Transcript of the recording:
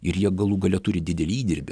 ir jie galų gale turi didelį įdirbį